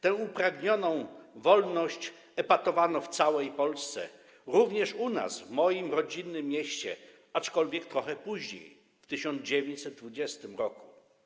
Tą upragnioną wolnością epatowano w całej Polsce, również u nas, w moim rodzinnym mieście, aczkolwiek trochę później, w 1920 r.